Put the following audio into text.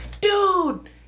dude